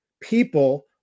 people